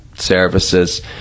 services